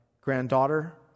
granddaughter